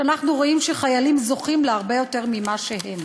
שאנחנו רואים שחיילים שם זוכים להרבה יותר ממה שהם.